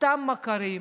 סתם מכרים,